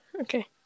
Okay